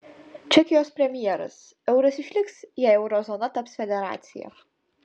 čekijos premjeras euras išliks jei euro zona taps federacija